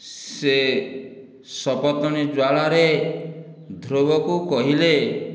ସେ ସପତୁଣୀ ଜ୍ୱାଳାରେ ଧ୍ରୁବକୁ କହିଲେ